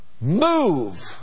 move